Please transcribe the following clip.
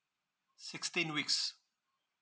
sixteen weeks